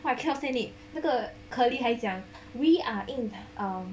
I cannot stand it 那个 curly 还讲 we are in